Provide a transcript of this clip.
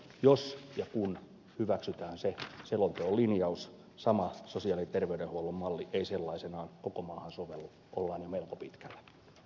jos ja kun hyväksytään se selonteon linjaus että sama sosiaali ja terveydenhuollon malli ei sellaisenaan koko maahan sovellu ollaan jo melko pitkällä